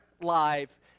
Live